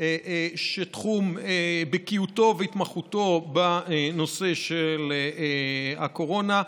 שתחום בקיאותו והתמחותו הוא הנושא של הקורונה.